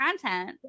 content